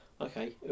okay